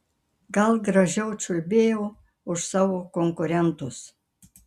gal gražiau čiulbėjau už savo konkurentus